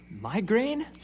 Migraine